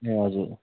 ए हजुर